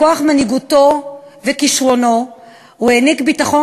בכוח מנהיגותו וכישרונו הוא העניק ביטחון